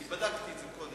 אני בדקתי את זה קודם,